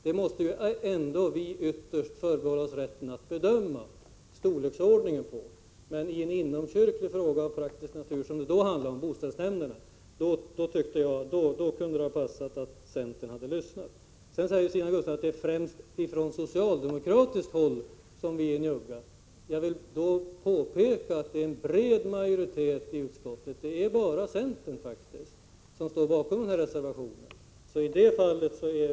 Vi måste ändå ytterst förbehålla oss rätten att bedöma storleken av anslagen, men i en inomkyrklig fråga av praktisk natur, som det då handlade om — boställsnämnderna — kunde det ha passat att centern hade 145 lyssnat. Stina Gustavsson säger att det är främst vi socialdemokrater som är njugga. Jag vill då påpeka att det i den här frågan finns en bred majoritet i utskottet. Det är faktiskt bara centern som står bakom reservationen.